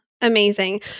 Amazing